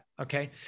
Okay